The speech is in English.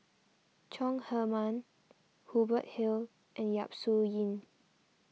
Chong Heman Hubert Hill and Yap Su Yin